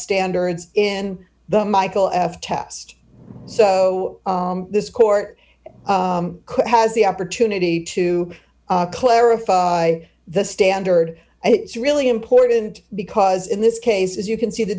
standards in the michael f test so this court has the opportunity to clarify the standard it's really important because in this case as you can see the